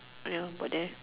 ya about there